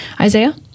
isaiah